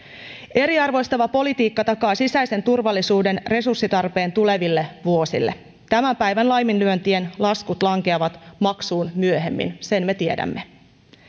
eriarvoistava politiikka takaa sisäisen turvallisuuden resurssitarpeen tuleville vuosille tämän päivän laiminlyöntien laskut lankeavat maksuun myöhemmin sen me tiedämme